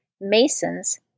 masons